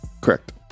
correct